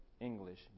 English